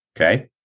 Okay